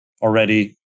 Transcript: already